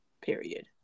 Period